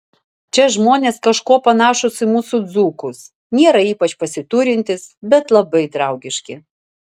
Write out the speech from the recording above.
čia žmonės kažkuo panašūs į mūsų dzūkus nėra ypač pasiturintys bet labai draugiški